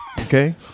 Okay